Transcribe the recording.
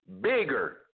bigger